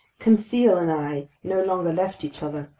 conseil and i no longer left each other.